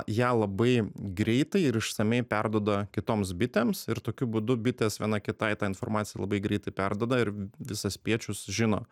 ją labai greitai ir išsamiai perduoda kitoms bitėms ir tokiu būdu bitės viena kitai tą informaciją labai greitai perduoda ir visas spiečius žino